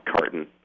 carton